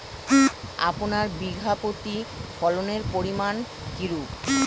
আপনার বিঘা প্রতি ফলনের পরিমান কীরূপ?